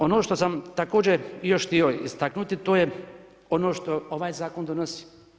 Ono što sam također i još htio istaknuti, a to je ono što ovaj zakon donosi.